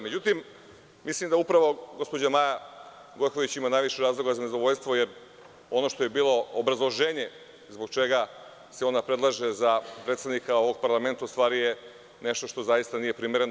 Međutim, mislim da upravo gospođa Maja Gojković ima najviše razloga za nezadovoljstvo, jer ono što je bilo obrazloženje zbog čega se ona predlaže za predsednika ovog parlamenta u stvari je nešto što zaista nije primereno.